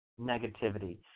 Negativity